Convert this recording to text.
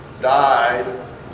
died